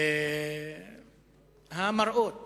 המראות